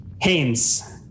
Haynes